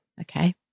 Okay